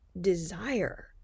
desire